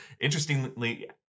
Interestingly